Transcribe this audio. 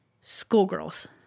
schoolgirls